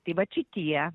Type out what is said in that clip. tai vat šitie